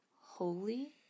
Holy